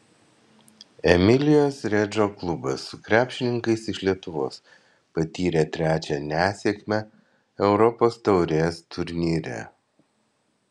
emilijos redžo klubas su krepšininkais iš lietuvos patyrė trečią nesėkmę europos taurės turnyre